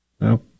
No